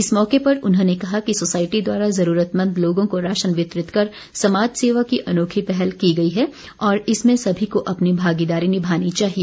इस मौके पर उन्होंने कहा कि सोसाईटी द्वारा जरूरतमद लोगों को राशन वितरित कर समाज सेवा की अनोखी पहल की गई है और इसमें समी को अपनी भागीदारी निभानी चाहिए